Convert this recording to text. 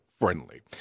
friendly